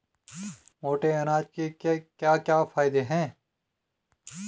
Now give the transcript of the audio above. मोटे अनाज के क्या क्या फायदे हैं?